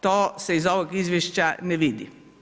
To se iz ovog izvješća ne vidi.